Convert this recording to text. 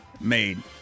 made